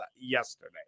yesterday